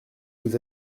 vous